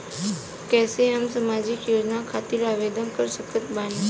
कैसे हम सामाजिक योजना खातिर आवेदन कर सकत बानी?